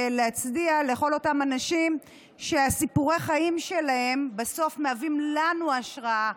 להצדיע לכל אותם אנשים שסיפורי החיים שלהם בסוף מהווים לנו השראה.